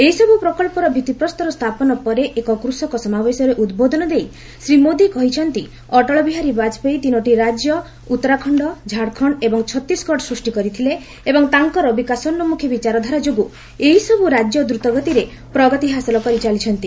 ଏହିସବୁ ପ୍ରକଳ୍ପର ଭିଭିପ୍ରସ୍ତର ସ୍ଥାପନ ପରେ ଏକ କୃଷକ ସମାବେଶରେ ଉଦ୍ବୋଧନ ଦେଇ ଶ୍ରୀ ମୋଦି କହିଛନ୍ତି ଅଟଳ ବିହାରୀ ବାଜପେୟୀ ତିନିଟି ରାଜ୍ୟ ଉତ୍ତରାଖଣ୍ଡ ଝାଡ଼ଖଣ୍ଡ ଏବଂ ଛତିଶଗଡ଼ ସୃଷ୍ଟି କରିଥିଲେ ଏବଂ ତାଙ୍କର ବିକାଶନ୍ଦେଖୀ ବିଚାରଧାରା ଯୋଗୁଁ ଏହିସବୁ ରାଜ୍ୟ ଦ୍ରୁତଗତିରେ ପ୍ରଗତି ହାସଲ କରିଚାଲିଛନ୍ତି